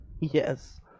yes